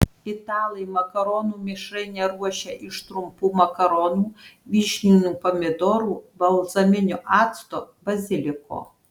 italai makaronų mišrainę ruošia iš trumpų makaronų vyšninių pomidorų balzaminio acto baziliko